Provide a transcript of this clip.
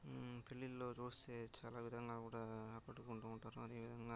పెళ్ళిల్లొ చాలా విధంగా కూడా ఆకట్టుకుంటారు అదేవిధంగా